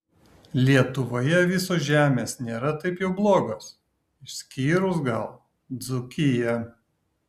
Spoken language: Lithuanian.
lietuvoje visos žemės nėra taip jau blogos išskyrus gal dzūkiją